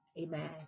Amen